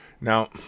Now